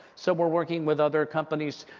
so, we're working with other companies,